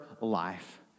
life